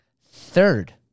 third